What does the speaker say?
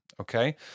Okay